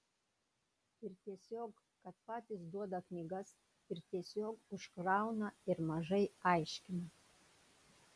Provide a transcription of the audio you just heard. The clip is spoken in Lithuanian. ir tiesiog kad patys duoda knygas ir tiesiog užkrauna ir mažai aiškina